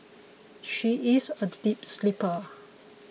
she is a deep sleeper